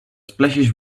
splashes